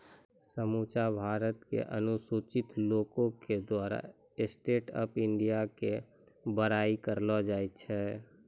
समुच्चा भारत के अनुसूचित लोको के द्वारा स्टैंड अप इंडिया के बड़ाई करलो जाय छै